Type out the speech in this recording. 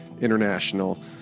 International